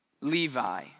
Levi